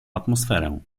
atmosferę